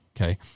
Okay